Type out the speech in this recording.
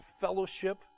fellowship